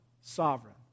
sovereign